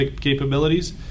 capabilities